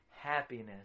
happiness